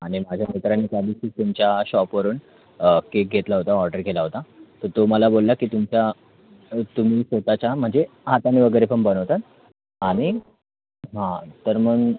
आणि माझ्या मित्रांनी त्यादिवशीच तुमच्या शॉपवरून केक घेतला होता ऑर्डर केला होता तर तो मला बोलला की तुमचा तुम्ही स्वत च्या म्हणजे हाताने वगैरे पण बनवता आणि हां तर मग